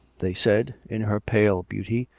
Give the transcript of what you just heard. they said, in her pale beauty,